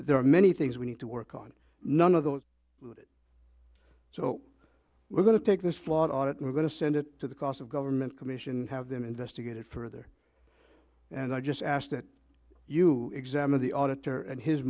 there are many things we need to work on none of those so we're going to take this flawed audit and we're going to send it to the cost of government commission have them investigated further and i just ask that you examine the auditor and his